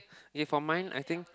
if for mine I think